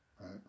right